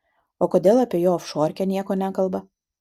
o kodėl apie jo ofšorkę nieko nekalba